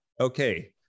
okay